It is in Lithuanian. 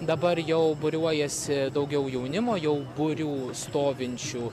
dabar jau būriuojasi daugiau jaunimo jau būrių stovinčių